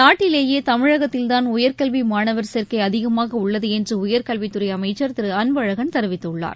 நாட்டிலேயே தமிழகத்தில்தான் உயர்கல்வி மாணவர் சேர்க்கை அதிகமாக உள்ளது என்று உயர்கல்வித் துறை அமைச்சர் திரு அன்பழகன் தெரிவித்துள்ளார்